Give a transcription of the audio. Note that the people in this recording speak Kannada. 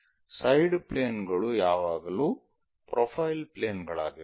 ಸೈಡ್ ಪ್ಲೇನ್ ಗಳು ಯಾವಾಗಲೂ ಪ್ರೊಫೈಲ್ ಪ್ಲೇನ್ ಗಳಾಗಿರುತ್ತವೆ